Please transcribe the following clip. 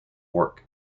work